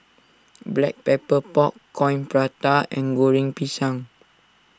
Black Pepper Pork Coin Prata and Goreng Pisang